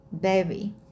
baby